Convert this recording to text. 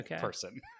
person